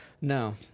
No